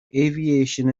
aviation